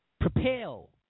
propel